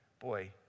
boy